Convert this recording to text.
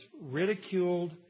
ridiculed